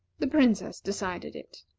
the princess decided it.